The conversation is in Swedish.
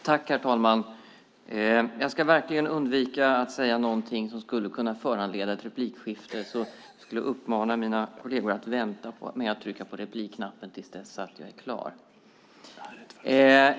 Herr talman! Jag ska verkligen undvika att säga något som skulle kunna föranleda ett replikskifte. Jag skulle vilja uppmana mina kolleger att vänta med att trycka på replikknappen tills jag är klar.